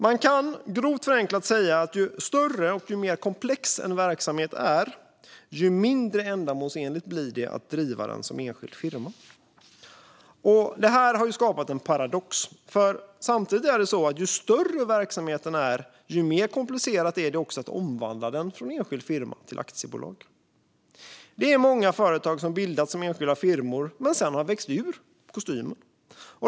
Man kan, grovt förenklat, säga att ju större och mer komplex en verksamhet är, desto mindre ändamålsenligt är det att driva den som enskild firma. Det här har skapat en paradox, för samtidigt är det så att ju större verksamheten är, desto mer komplicerat är det också att omvandla den från enskild firma till aktiebolag. Det är många företag som har bildats som enskilda firmor men sedan växt ur kostymen.